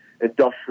industrial